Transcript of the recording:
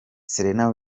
serena